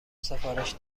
سفارش